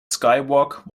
skywalk